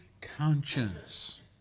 conscience